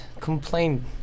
complain